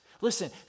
Listen